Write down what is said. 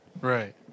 Right